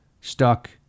stuck